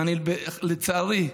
אני, לצערי,